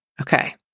okay